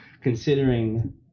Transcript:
considering